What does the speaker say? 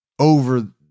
Over